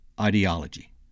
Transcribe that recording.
ideology